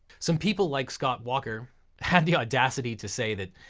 some people like scott walker had the audacity to say that,